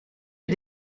est